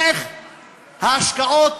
בהמשך ההשקעות